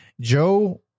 Joe